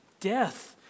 death